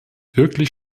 wirklich